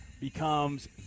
becomes